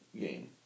game